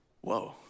Whoa